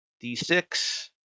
d6